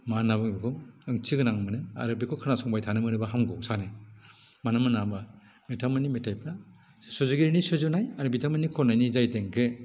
मा होनना बुङो बेखौ ओंथि गोनां मोनो आरो बेखौ खोनासंबाय थानो मोनोबा हामगौ सानो मानो होनना बुंबा बिथांमोननि मेथाइफ्रा सुजुगिरिनि सुजुनाय आरो बिथांमोननि खननायनि जाय देंखो